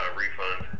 refund